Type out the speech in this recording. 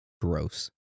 Gross